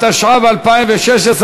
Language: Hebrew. התשע"ו 2016,